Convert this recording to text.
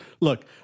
look